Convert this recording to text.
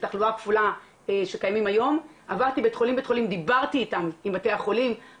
עת ילדנו את הילדים שלנו ולא יכולנו לבחור בית חולים כי זה היה